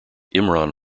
imran